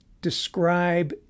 describe